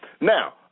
Now